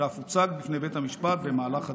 שאף הוצג בפני בית המשפט במהלך הדיונים.